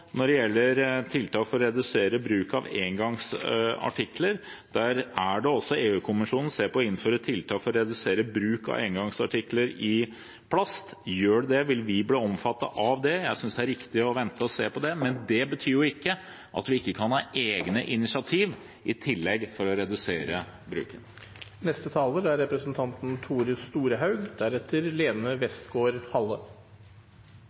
tiltak for å redusere bruk av engangsartikler. Der ser også EU-kommisjonen på å innføre tiltak for å redusere bruk av engangsartikler i plast. Gjør de det, vil vi bli omfattet av det. Jeg synes det er riktig å vente og se på det, men det betyr ikke at vi ikke kan ha egne initiativ i tillegg for å redusere bruken. Det kom ei direkte utfordring til Kristeleg Folkeparti der vi blei utfordra på enkeltartiklar av plast. Det er